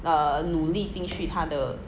err 努力进去他的